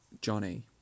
Johnny